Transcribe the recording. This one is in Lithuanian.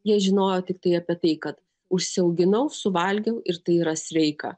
jie žinojo tiktai apie tai kad užsiauginau suvalgiau ir tai yra sveika